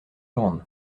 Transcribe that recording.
grande